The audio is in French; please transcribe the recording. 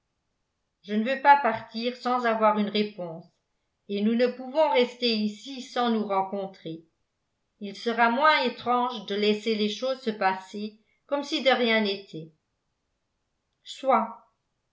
je ne veux pas partir sans avoir une réponse et nous ne pouvons rester ici sans nous rencontrer il sera moins étrange de laisser les choses se passer comme si de rien n'était soit